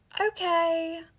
okay